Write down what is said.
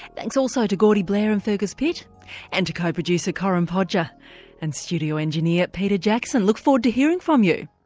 thanks also to gordy blair and fergus pitt and to co-producer corinne podger and studio engineer peter jackson. look forward to hearing from you,